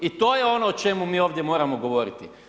I to je ono o čemu mi ovdje moramo govoriti.